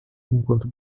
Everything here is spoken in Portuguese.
enquanto